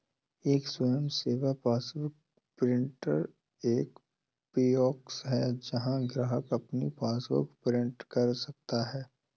एक स्वयं सेवा पासबुक प्रिंटर एक कियोस्क है जहां ग्राहक अपनी पासबुक प्रिंट कर सकता है